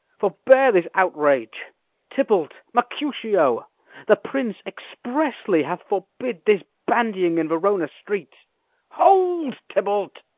forbear this outrage tybalt mercutio the prince expressly hath forbid this bandying in verona streets hold, tybalt